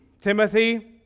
Timothy